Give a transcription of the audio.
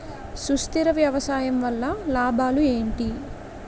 సుస్థిర వ్యవసాయం వల్ల లాభాలు ఏంటి?